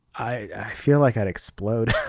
i feel like i'd explode.